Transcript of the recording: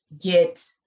get